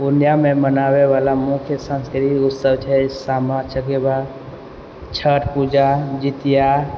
पूर्णियामे मनाबैवला मुख्य संस्कृतिक उत्सव छै सामा चकेबा छठ पूजा जितिया